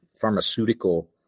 pharmaceutical